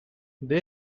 they